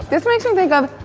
this makes me think of.